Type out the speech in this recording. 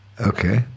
Okay